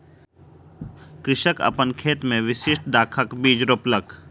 कृषक अपन खेत मे विशिष्ठ दाखक बीज रोपलक